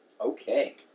Okay